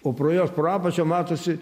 o pro juos pro apačią matosi